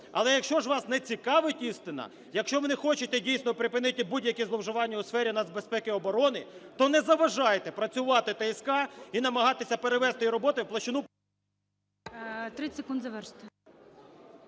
Але якщо ж вас не цікавить істина, якщо ви не хочете, дійсно, припинити будь-яке зловживання у сфері нацбезпеки і оборони, то не заважайте працювати ТСК і намагатися перевести її роботу в площину…